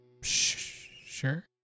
Sure